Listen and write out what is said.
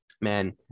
man